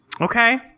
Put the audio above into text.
Okay